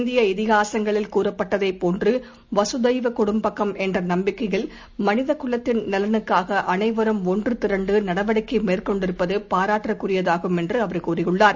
இந்திய இதிகாசங்களில் கூறப்பட்டதைப் போன்றுவாசுதெய்வகுடும்பம் என்றநம்பிக்கையில் மனிதகுலத்தின் நலனுக்காகஅனைவரும் ஒன்றுதிரண்டுநடவடிக்கைமேற்கொண்டிருப்பதுபாராட்டுக்குரியதாகும் என்றுஅவர் கூறியுள்ளார்